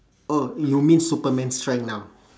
oh you mean superman strength now